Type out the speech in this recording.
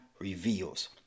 reveals